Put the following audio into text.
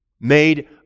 made